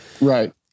Right